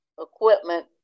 equipment